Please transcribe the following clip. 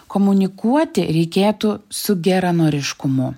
komunikuoti reikėtų su geranoriškumu